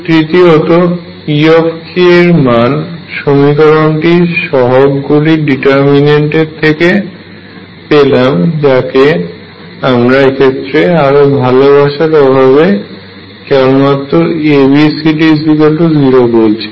তৃতীয়ত E এর মান সমীকরণটির সহগ গুলির ডিটারমিন্যান্ট এর থেকে পেলাম যাকে আমরা এক্ষেত্রে আরো ভালো ভাষার অভাবে এটিকে কেবলমাত্র A B C D0 বলছি